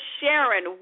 Sharon